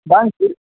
ᱵᱟᱝ ᱪᱮᱫ